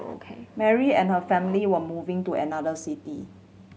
Mary and her family were moving to another city